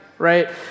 right